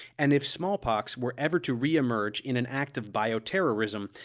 and if smallpox were ever to re-emerge in an act of bioterrorism,